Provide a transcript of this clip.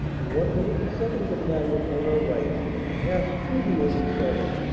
the one hundred and second. battalion on our right passed through the eighty seventh.